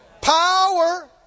power